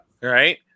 Right